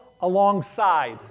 alongside